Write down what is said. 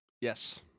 Yes